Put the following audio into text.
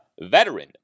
veteran